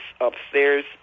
upstairs